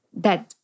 dead